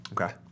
Okay